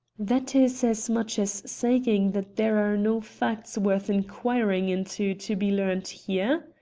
that is as much as saying that there are no facts worth inquiring into to be learnt here?